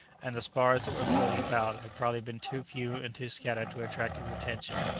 and the spars that were floating about had probably been too few and too scattered to attract his attention.